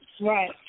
Right